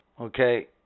okay